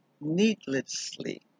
needlessly